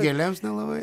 gėlėms nelabai